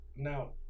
Now